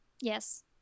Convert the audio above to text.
yes